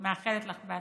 אני מאחלת לך הצלחה.